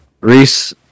Reese